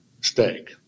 steak